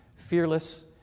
fearless